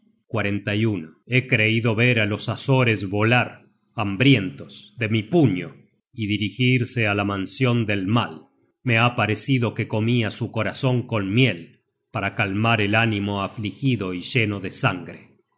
he creido ver á los azores volar hambrientos de mi puño y dirigirse á la mansion del mal me ha parecido que comia su corazon con miel para calmar el ánimo afligido y lleno de sangre